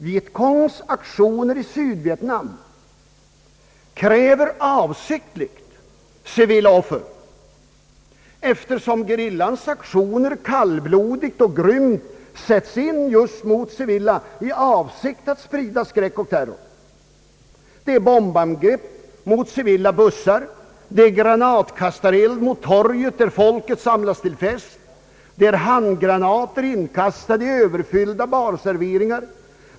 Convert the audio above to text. Vietcongs aktioner i Sydvietnam kräver avsiktligt civila offer, eftersom ge rillans aktioner kallblodigt och grymt sätts in just mot civila i avsikt att sprida skräck och terror. Det är bombangrepp mot civila bussar. Det är granatkastareld mot torget, där folket har samlats till fest. Det är handgranater inkastade i överfyllda baserveringar.